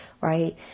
right